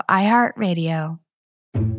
iHeartRadio